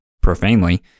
profanely